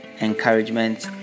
encouragement